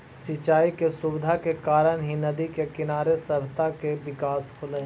सिंचाई के सुविधा के कारण ही नदि के किनारे सभ्यता के विकास होलइ